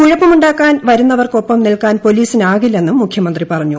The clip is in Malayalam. കുഴപ്പമുണ്ടാക്കാൻ വരുന്നവർക്ക് ഒപ്പം നിൽക്കാൻ പോലീസിനാകില്ലെന്നും മുഖ്യമന്ത്രി പറഞ്ഞു